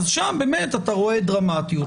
אז שם אתה רואה דרמטיות,